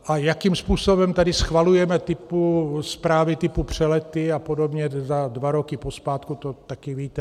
A jakým způsobem tady schvalujeme zprávy typu přelety a podobně, dva roky pozpátku, to také víte.